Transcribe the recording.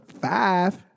five